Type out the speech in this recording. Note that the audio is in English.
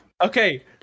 Okay